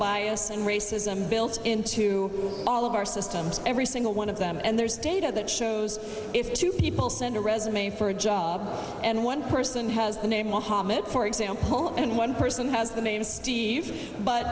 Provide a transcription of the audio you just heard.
bias and racism built into all of our systems every single one of them and there's data that shows if two people send a resume for a job and one person has the name mohammed for example and one person has the name steve but